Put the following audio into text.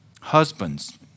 husbands